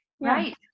Right